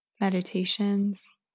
meditations